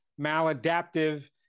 maladaptive